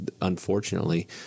unfortunately